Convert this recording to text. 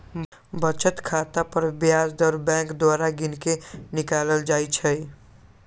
बचत खता पर ब्याज दर बैंक द्वारा गिनके निकालल जाइ छइ